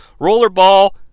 Rollerball